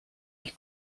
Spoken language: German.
ich